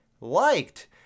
liked